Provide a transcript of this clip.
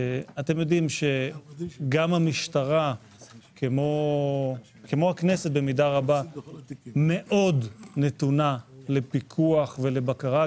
אתם יודעים שגם המשטרה כמו הכנסת במידה רבה מאוד נתונה לפיקוח ולבקרה,